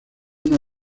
una